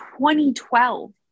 2012